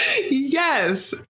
Yes